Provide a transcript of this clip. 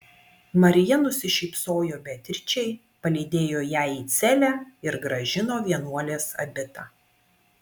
marija nusišypsojo beatričei palydėjo ją į celę ir grąžino vienuolės abitą